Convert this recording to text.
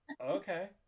okay